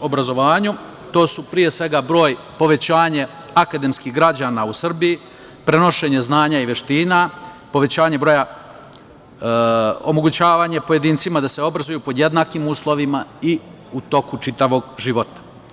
obrazovanju, a to su pre svega broj povećanja akademskih građana u Srbiji, prenošenje znanja i veština, povećanje broja, omogućavanje pojedincima da se obrazuju pod jednakim uslovima i u toku čitavog života.